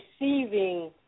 receiving